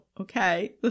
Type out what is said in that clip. Okay